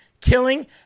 killing